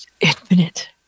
infinite